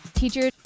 teacher